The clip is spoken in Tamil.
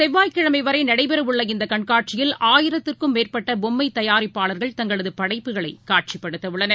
செவ்வாய்கிழமைவரைநடைபெறவுள்ள இந்தகண்காட்சியில் ஆயிரத்துக்கும் வரும் மேற்பட்டபாம்மைதயாரிப்பாளர்கள் தங்களதபடைப்புக்களைகாட்சிப்படுத்தவுள்ளனர்